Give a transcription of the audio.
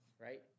right